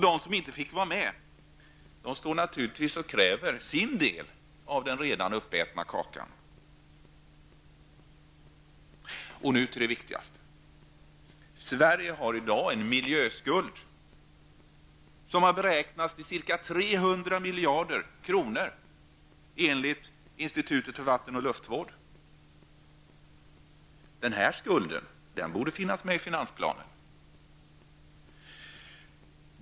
De som inte fick vara med kräver naturligtvis sin del av den redan uppätna kakan. Nu till det viktigaste. Sverige har i dag en miljöskuld, som har beräknats till ca 300 miljarder kronor enligt institutet för vatten och luftvård. Den skulden borde finnas med i finansplanen.